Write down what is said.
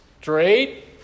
straight